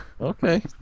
Okay